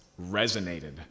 resonated